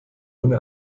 ohne